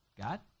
God